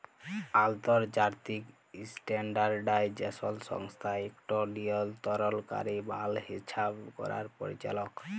আলতর্জাতিক ইসট্যানডারডাইজেসল সংস্থা ইকট লিয়লতরলকারি মাল হিসাব ক্যরার পরিচালক